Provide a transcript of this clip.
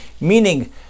Meaning